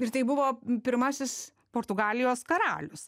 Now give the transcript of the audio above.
ir tai buvo pirmasis portugalijos karalius